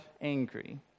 angry